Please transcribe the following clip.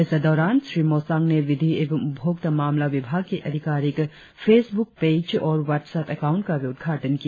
इस दौरान श्री मोसांग ने विधि एवं उपभोक्ता मामला विभाग की अधिकारिक फेस बुक पैज और वटसअप अकाउंट का भी उदघाटन किया